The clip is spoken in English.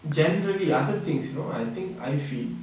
generally other things you know I think I feel